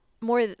more